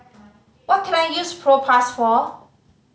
what can I use Propass for